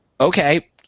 Okay